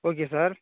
okay sir